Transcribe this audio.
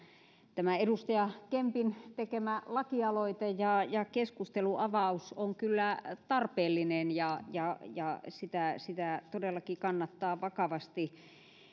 tämä edustaja kempin tekemä lakialoite ja ja keskustelunavaus on kyllä tarpeellinen ja ja sitä sitä todellakin kannattaa vakavasti